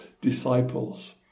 disciples